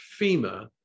FEMA